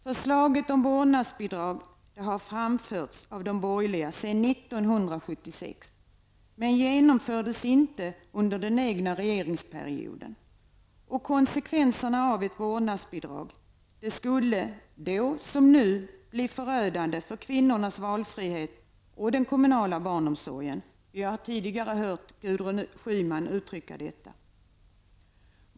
Förslaget om vårdnadsbidrag har framförts av de borgerliga sedan år 1976, men det genomfördes inte under den egna regeringsperioden. Konsekvenserna av ett vårdnadsbidrag skulle, då som nu, bli förödande för kvinnornas valfrihet och den kommunala barnomsorgen. Vi har tidigare hört Gudrun Schyman uttrycka detta.